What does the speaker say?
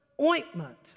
ointment